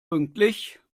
pünktlich